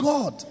God